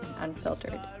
unfiltered